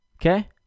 Okay